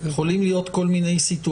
ומחוצה